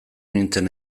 nintzen